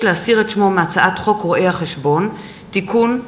להסיר את שמו מהצעת חוק רואי-חשבון (תיקון,